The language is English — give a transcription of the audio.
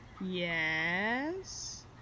Yes